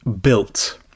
built